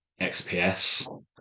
XPS